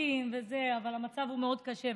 צוחקים וזה, אבל המצב הוא מאוד קשה.